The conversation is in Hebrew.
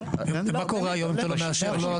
ומה קורה היום אם אתה לא מאשר לו?